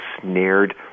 snared